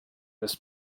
this